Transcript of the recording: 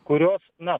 kurios na